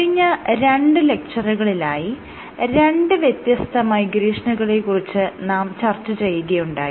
കഴിഞ്ഞ രണ്ട് ലെക്ച്ചറുകളിലായി രണ്ട് വ്യത്യസ്ത മൈഗ്രേഷനുകളെ കുറിച്ച് നാം ചർച്ച ചെയ്യുകയുണ്ടായി